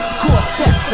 cortex